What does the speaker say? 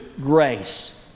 grace